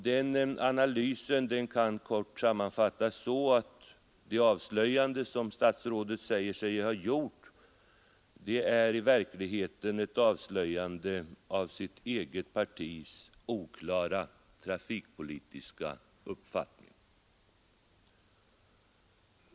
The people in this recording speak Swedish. Den analysen kan kort sammanfattas så att det avslöjande, som statsrådet säger sig ha gjort, i verkligheten är ett avslöjande av hans eget partis oklara trafikpolitiska uppfattning.